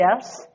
yes